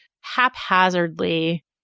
haphazardly